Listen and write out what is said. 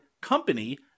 company